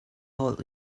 holh